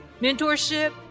mentorship